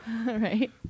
Right